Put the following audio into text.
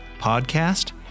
podcast